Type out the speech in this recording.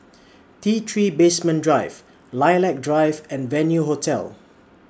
T three Basement Drive Lilac Drive and Venue Hotel